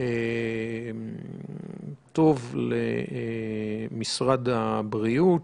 טוב למשרד הבריאות.